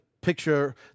picture